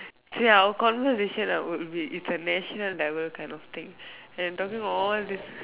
see our conversation ah would be it's a national level kind of thing and we're talking about all this